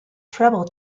treble